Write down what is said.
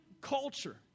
culture